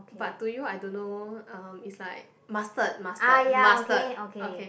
but to you I don't know uh it's like mustard mustard mustard okay